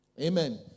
Amen